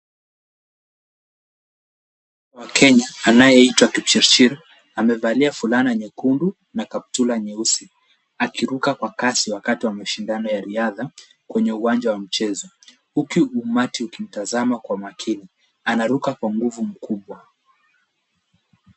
Wakenya anayeitwa Kipchirchir amevalia fulana nyekundu na kaptura nyeusi akiruka kwa kasi wakati wa mashindano ya riadha kwenye uwanja wa mchezo huku umati ukimtazama kwa makini. Anaruka kwa nguvu mkubwa.